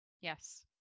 Yes